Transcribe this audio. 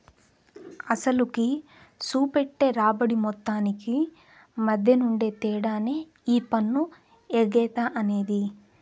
అసలుకి, సూపెట్టే రాబడి మొత్తానికి మద్దెనుండే తేడానే ఈ పన్ను ఎగేత అనేది